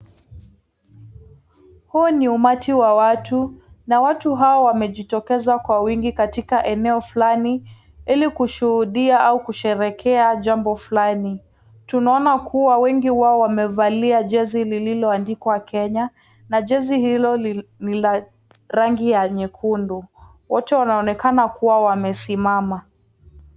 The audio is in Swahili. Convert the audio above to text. Huu ni umati wa watu, na watu hawa wamejitokeza kwa wingi katika eneo fulani, ili kushuhudia au kusherehekea jambo fulani. Tunaona kuwa wengi wao wamevalia jezi lililoandikwa Kenya, na jezi hilo ni la rangi ya nyekundu. Wote wanaonekana kuwa wamesimama.